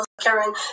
Karen